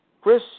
Chris